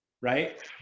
right